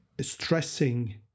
stressing